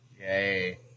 Yay